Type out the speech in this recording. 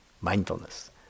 mindfulness